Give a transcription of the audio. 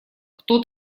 кто